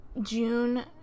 June